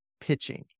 pitching